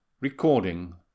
Recording